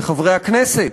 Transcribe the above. לחברי הכנסת,